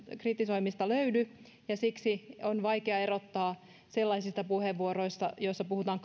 kritisoimista löydy siksi on vaikea erottaa sellaisista puheenvuoroista joissa puhutaan